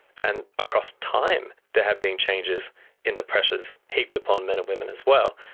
and across time there have been changes in the pressures heaped upon men and women as well.